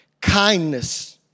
Kindness